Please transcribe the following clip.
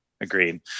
Agreed